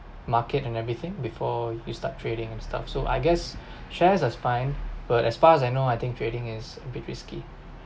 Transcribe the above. market and everything before you start trading and stuff so I guess shares are fine but as far as I know I think trading is a bit risky